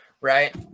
right